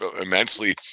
immensely